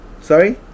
Sorry